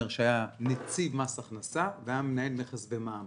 שהיה נציב מס הכנסה והיה מנהל מכס במע"מ.